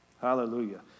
Hallelujah